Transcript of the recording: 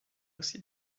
aussi